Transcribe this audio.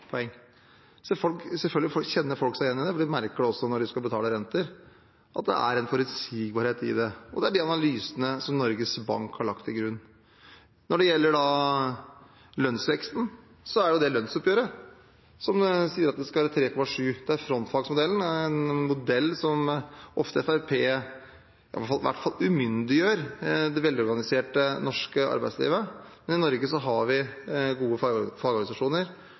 kjenner folk seg igjen i det. De merker også når de skal betale renter at det er en forutsigbarhet i det. Det er de analysene som Norges Bank har lagt til grunn. Når det gjelder lønnsveksten, er det jo lønnsoppgjøret som sier at det skal være 3,7 pst. – det er frontfagsmodellen, en modell som Fremskrittspartiet ofte i hvert fall umyndiggjør, det velorganiserte norske arbeidslivet, for i Norge har vi gode fagorganisasjoner.